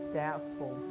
doubtful